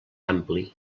ampli